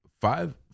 five